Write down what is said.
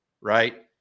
right